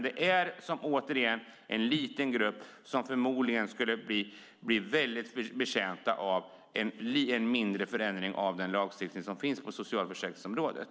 Det är en liten grupp som förmodligen skulle vara väldigt betjänt av en mindre förändring av den lagstiftning som finns på socialförsäkringsområdet.